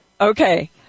Okay